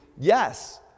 yes